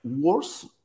Worse